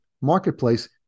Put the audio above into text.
marketplace